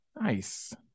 Nice